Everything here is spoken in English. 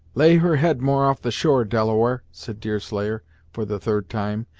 lay her head more off the shore, delaware, said deerslayer for the third time,